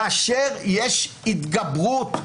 כאשר יש התגברות,